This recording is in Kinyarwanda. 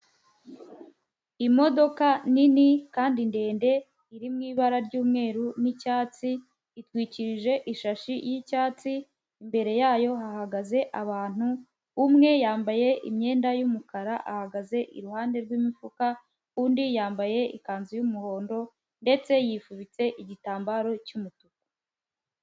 Imodoka nini kandi ndende, iri mu ibara ry'umweru n'icyatsi, itwikirije ishashi y'icyatsi, imbere yayo hahagaze abantu, umwe yambaye imyenda y'umukara ahagaze iruhande rw'imifuka, undi yambaye ikanzu y'umuhondo ndetse yifubitse igitambaro cy'umutuku.